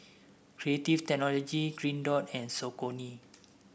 Creative Technology Green Dot and Saucony